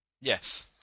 Yes